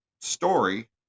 story